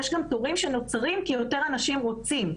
יש גם תורים שנוצרים כי יותר אנשים רוצים.